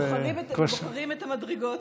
בוחרים את המדרגות.